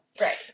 Right